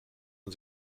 man